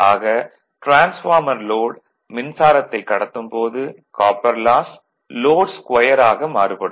ஆக transformer load மின்சாரத்தைக் கடத்தும் போது காப்பர் லாஸ் லோட் ஸ்கொயர் ஆக மாறுபடும்